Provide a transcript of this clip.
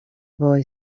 boy